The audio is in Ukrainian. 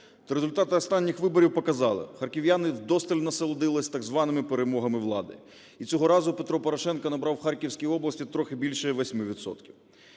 результати останніх виборів показали, харків'яни вдосталь насолодилися так званими перемогами влади, і цього разу Петро Порошенко набрав в Харківській області трохи більше 8